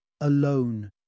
alone